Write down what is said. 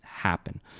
Happen